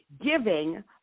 giving